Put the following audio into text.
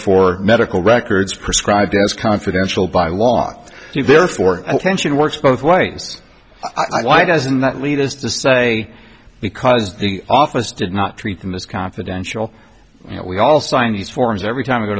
fore medical records prescribed as confidential by law therefore attention works both ways why doesn't that lead us to say because the office did not treat them as confidential you know we all signed these forms every time we go